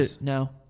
No